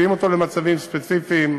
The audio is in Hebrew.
מביאים אותו למצבים ספציפיים.